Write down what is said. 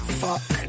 fuck